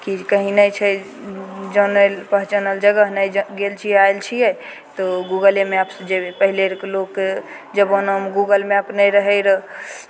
कि कहीँ नहि छै जानल पहचानल जगह नहि ज गेल छियै आयल छियै तऽ गूगले मैपसँ जयबै पहिलेर लोकके जमानामे गूगल मैप नहि रहैत रहए